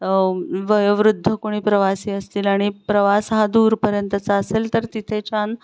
वयोवृद्ध कोणी प्रवासी असतील आणि प्रवास हा दूरपर्यंतचा असेल तर तिथे छान